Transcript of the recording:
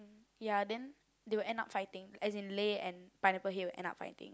ya then they will end up fighting as in Lei and Pineapple Head will end up fighting